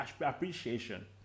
appreciation